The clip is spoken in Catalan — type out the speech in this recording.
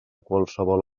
qualsevol